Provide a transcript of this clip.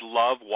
love